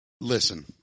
listen